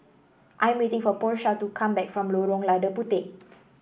I'm waiting for Porsha to come back from Lorong Lada Puteh